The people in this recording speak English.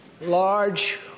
large